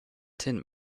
tin